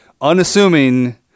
Unassuming